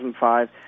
2005